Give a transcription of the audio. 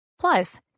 Plus